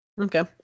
Okay